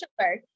sure